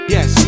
Yes